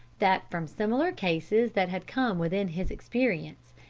that from similar cases that had come within his experience,